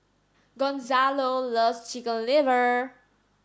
Gonzalo loves chicken liver